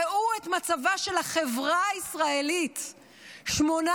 ראו את מצבה של החברה הישראלית שמונה,